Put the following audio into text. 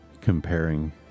comparing